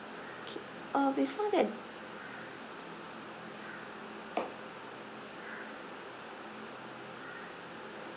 K uh before that